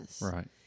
Right